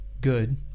good